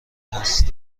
هست